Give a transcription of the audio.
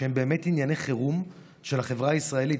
שהם באמת ענייני חירום של החברה הישראלית.